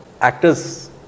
actors